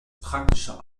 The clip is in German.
praktischer